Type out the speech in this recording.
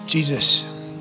Jesus